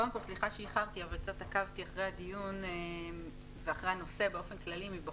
שקודם כל סליחה שאיחרתי אבל עקבתי אחרי הדיון ואחרי הנושא מבחוץ.